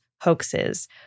hoaxes